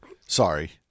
Sorry